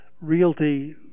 realty